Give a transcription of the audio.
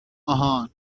آهان